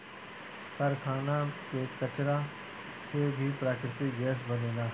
कारखाना के कचरा से भी प्राकृतिक गैस बनेला